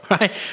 right